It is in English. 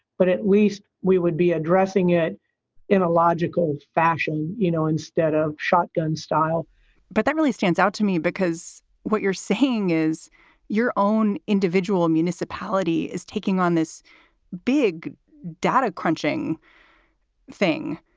but at least we would be addressing it in a logical fashion, you know, instead of shotgun style but that really stands out to me, because what you're saying is your own individual municipality is taking on this big data crunching thing.